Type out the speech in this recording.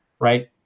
right